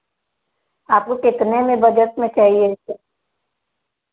आपको कितने में बजट में चाहिए